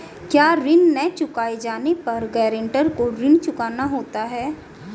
क्या ऋण न चुकाए जाने पर गरेंटर को ऋण चुकाना होता है?